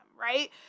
right